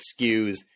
skews